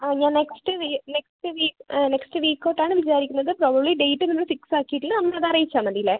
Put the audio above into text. ആ ഞാൻ next we next week next week തൊട്ടാണ് വിചാരിക്കുന്നത് പ്രോബബ്ലി ഡേറ്റ് നമ്മൾ ഫിക്സ് ആക്കിയിട്ടില്ല നമ്മൾ അത് അറിയിച്ചാൽ മതിയല്ലേ